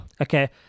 Okay